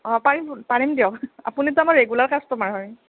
অ' পাৰিম পাৰিম দিয়ক আপুনিতো আমাৰ ৰেগুলাৰ কাষ্টমাৰ হয়